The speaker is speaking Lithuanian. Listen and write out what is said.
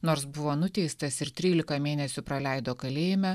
nors buvo nuteistas ir trylika mėnesių praleido kalėjime